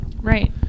Right